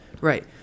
Right